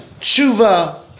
Tshuva